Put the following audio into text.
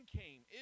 came